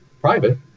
private